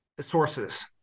sources